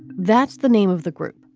that's the name of the group,